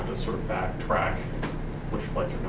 backtrack which flights